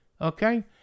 okay